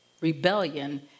rebellion